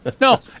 No